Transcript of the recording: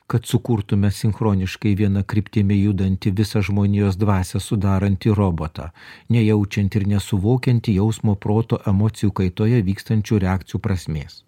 kad sukurtume sinchroniškai viena kryptimi judantį visą žmonijos dvasia sudarantį robotą nejaučiantį ir nesuvokiantį jausmo proto emocijų kaitoje vykstančių reakcijų prasmės